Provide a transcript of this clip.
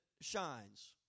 shines